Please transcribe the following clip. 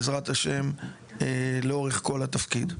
בעזרת השם, לאורך כל התפקיד.